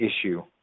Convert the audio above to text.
issue